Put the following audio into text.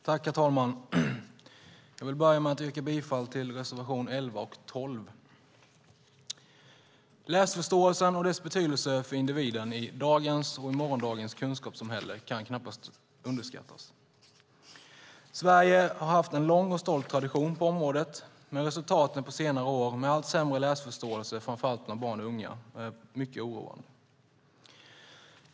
Herr talman! Jag vill börja med att yrka bifall till reservationerna 11 och 12. Läsförståelsen och dess betydelse för individen i dagens och morgondagens kunskapssamhälle kan knappast underskattas. Sverige har haft en lång och stolt tradition på området, men resultaten på senare år med allt sämre läsförståelse, framför allt bland barn och unga, är mycket oroande.